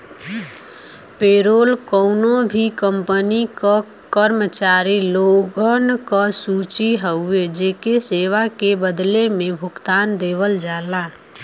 payroll कउनो भी company क कर्मचारी लोगन क सूची हउवे जेके सेवा के बदले में भुगतान देवल जाला